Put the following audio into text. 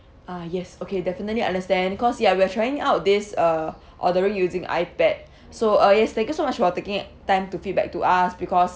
ah yes okay definitely understand cause ya we're trying out this uh ordering using iPad so uh yes thank you so much about taking time to feedback to us because